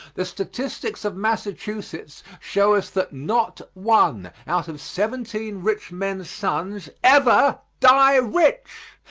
the statistics of massachusetts show us that not one out of seventeen rich men's sons ever die rich.